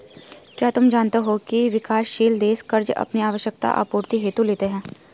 क्या तुम जानते हो की विकासशील देश कर्ज़ अपनी आवश्यकता आपूर्ति हेतु लेते हैं?